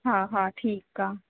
हा हा ठीकु आहे